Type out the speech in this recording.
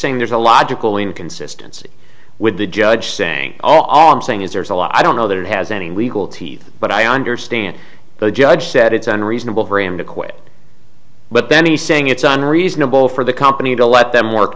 saying there's a logical inconsistency with the judge saying all i'm saying is there's a lot i don't know that has any legal teeth but i understand the judge said it's unreasonable for him to quit but then he's saying it's unreasonable for the company to let them work